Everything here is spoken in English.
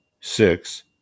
six